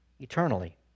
eternally